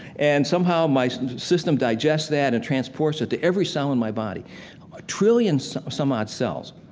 and somehow my so system digests that and transports it to every cell in my body, a trillion so some-odd cells,